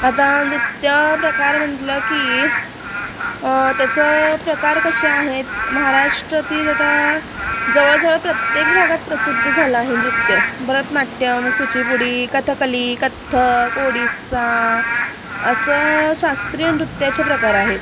आता नृत्य प्रकार म्हटलं की त्याचं प्रकार कसे आहेत महाराष्ट्र ती जाता जवळ जवळ प्रत्येक भागात प्रसिद्ध झालं आहे नृत्य भरतनाट्यम कुचीपुडी कथकली कथ्थक ओडिसा असं शास्त्रीय नृत्याचे प्रकार आहेत